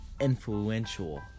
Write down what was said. influential